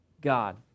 God